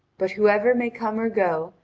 but whoever may come or go,